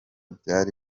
byari